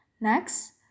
Next